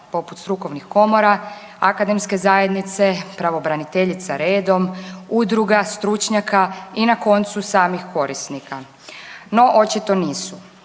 poput strukovnih komora, akademske zajednice, pravobraniteljica redom, udruga, stručnjaka i na koncu, samih korisnika. No, očito nisu